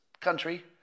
country